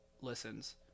listens